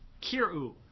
Kiru